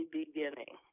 beginning